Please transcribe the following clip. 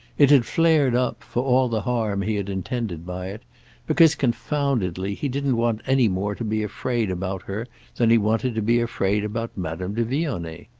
it had flared up for all the harm he had intended by it because, confoundedly, he didn't want any more to be afraid about her than he wanted to be afraid about madame de vionnet.